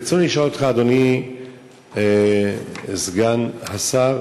ברצוני לשאול אותך, אדוני סגן השר,